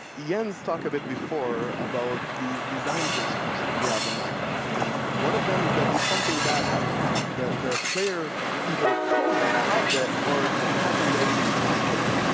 yeah jens talked a bit before about these design principles that we have in minecraft, and one of them is that if something bad happens, the the player either caused caused it or it has a way to sort of avoid it.